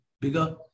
bigger